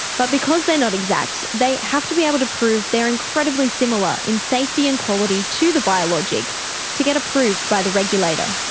but because they are not exact, they have to be able to prove they are incredibly similar in safety and quality to the biologic to get approved by the regulator.